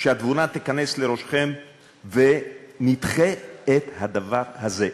שהתבונה תיכנס לראשכם ונדחה את הדבר הזה.